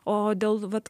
o dėl vat